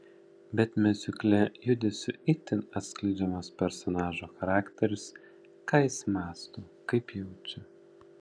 bet miuzikle judesiu itin atskleidžiamas personažo charakteris ką jis mąsto kaip jaučia